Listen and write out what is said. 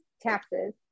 taxes